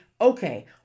okay